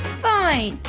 fine!